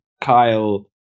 Kyle